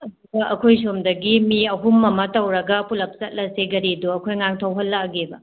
ꯑꯗꯨꯗ ꯑꯩꯈꯣꯏ ꯁꯣꯝꯗꯒꯤ ꯃꯤ ꯑꯍꯨꯝ ꯑꯃ ꯇꯧꯔꯒ ꯄꯨꯂꯞ ꯆꯠꯂꯁꯦ ꯒꯥꯔꯤꯗꯣ ꯑꯩꯈꯣꯏ ꯑꯉꯥꯡ ꯊꯧꯍꯜꯂꯒꯦꯕ